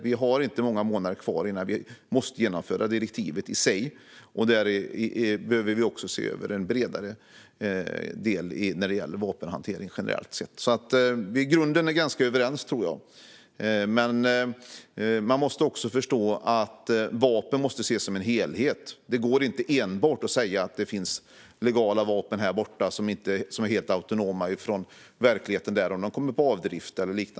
Vi har inte många månader kvar innan vi måste genomföra direktivet i sig, och därför behöver vi se över en bredare del när det gäller vapenhanteringen generellt sett. I grunden är vi alltså ganska överens, tror jag, men man måste också förstå att vapen måste ses som en helhet. Det går inte att säga att det finns legala vapen som är helt autonoma från verkligheten, för de kan komma på drift.